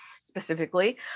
specifically